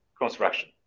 construction